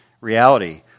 reality